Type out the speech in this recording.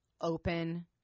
open